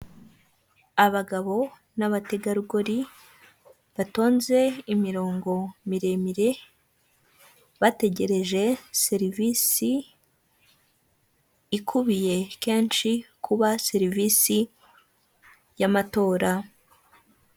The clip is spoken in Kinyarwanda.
Abagabo n' abategarugori batonze imirongo miremire, bategereje serivisi ikubiye kenshi kuba serivisi y'amatora.